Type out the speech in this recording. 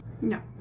No